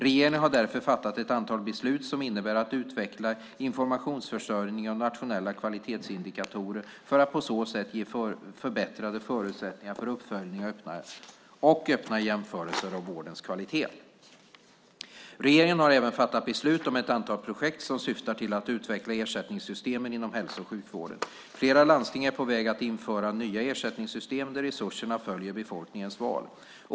Regeringen har därför fattat ett antal beslut som innebär att utveckla informationsförsörjning och nationella kvalitetsindikatorer för att på så sätt ge förbättrade förutsättningar för uppföljning och öppna jämförelser av vårdens kvalitet. Regeringen har även fattat beslut om ett antal projekt som syftar till att utveckla ersättningssystemen inom hälso och sjukvården. Flera landsting är på väg att införa nya ersättningssystem där resurserna följer befolkningens val.